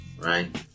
right